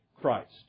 Christ